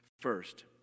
First